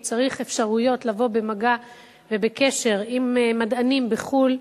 הוא צריך אפשרויות לבוא במגע ובקשר עם מדענים בחו"ל,